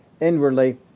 Inwardly